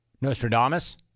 Nostradamus